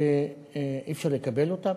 שאי-אפשר לקבל אותם,